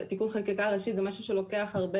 תיקון חקיקה ראשית זה משהו שלוקח הרבה